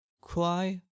cry